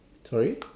sorry